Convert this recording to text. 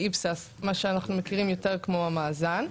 ה-IPSAS מה שאנחנו מכירים יותר כמו מאזן.